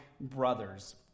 brother's